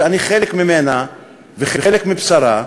שאני חלק ממנה וחלק מבשרה,